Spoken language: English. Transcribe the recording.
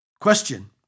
Question